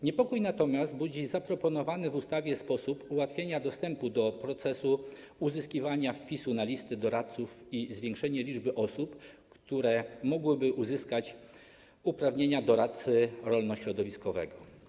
Niepokój natomiast budzi zaproponowany w ustawie sposób ułatwienia dostępu do procesu uzyskiwania wpisu na listę doradców i zwiększenie liczby osób, które mogłyby uzyskać uprawnienia doradcy rolno-środowiskowego.